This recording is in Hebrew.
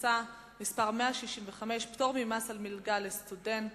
הכנסה (מס' 165) (פטור ממס על מלגה לסטודנט),